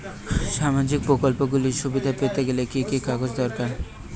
সামাজীক প্রকল্পগুলি সুবিধা পেতে গেলে কি কি কাগজ দরকার?